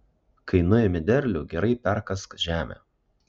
kai nuimi derlių gerai perkask žemę